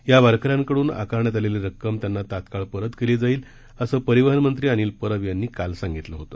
या वारकऱ्यांकडून आकारण्यात आलेली रक्कम त्यांना तत्काळ परत केली जाईल असं परिवहन मंत्री अनिल परब यांनी काल स्पष्ट केलं होतं